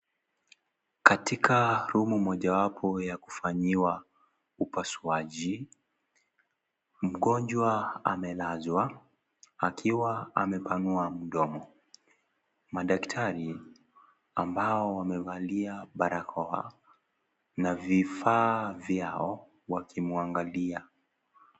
Katika room mojawapo ya kufanyiwa upasuaji , mgonjwa amelazwa akiwa amepanua mdomo. Madaktari ambao wamevalia barakoa na vifaa vyao wakimwangalia.